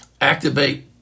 activate